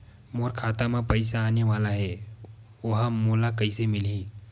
मोर खाता म पईसा आने वाला हे ओहा मोला कइसे मिलही?